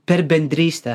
per bendrystę